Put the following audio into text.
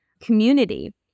community